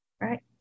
Right